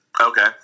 Okay